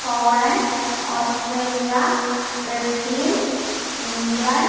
Poland Australia Brazil England